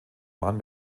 mann